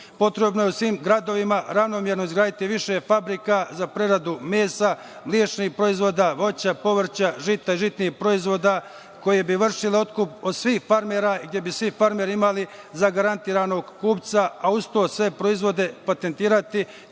Potrebno je u svim gradovima ravnomerno izgraditi više fabrika za preradu mesa, mlečnih proizvoda, voća, povrća, žita, žitnih proizvoda koji bi vršili otkup od svih farmera gde bi svi farmeri imali zagarantiranog kupca a uz to sve proizvode patentirati